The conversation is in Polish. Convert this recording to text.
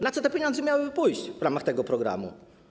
Na co te pieniądze miałyby pójść w ramach tego programu?